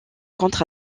contre